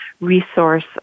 resource